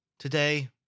Today